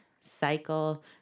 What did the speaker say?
cycle